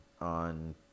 on